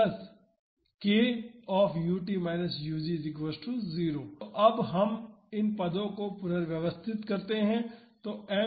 तो अब हम इन पदों को पुनर्व्यवस्थित कर सकते हैं